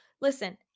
Listen